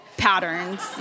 patterns